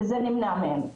וזה נמנע מהם.